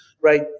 right